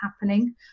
happening